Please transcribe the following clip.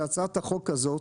שהצעת החוק הזאת,